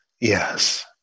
Yes